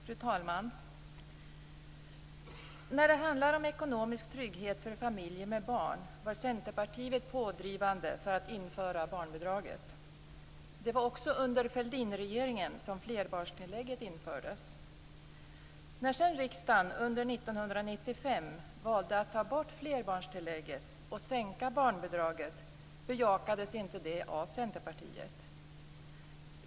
Fru talman! När det handlar om ekonomisk trygghet för familjer med barn var Centerpartiet pådrivande för att införa barnbidraget. Det var också under Fälldinregeringen som flerbarnstillägget infördes. När sedan riksdagen under 1995 valde att ta bort flerbarnstilläget och sänka barnbidraget bejakades inte det av Centerpartiet.